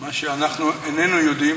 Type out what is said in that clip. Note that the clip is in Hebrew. מה שאנחנו איננו יודעים,